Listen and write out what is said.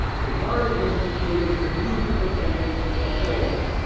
requiring mr. twigger's immediate attendance at the hall,